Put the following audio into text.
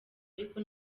ariko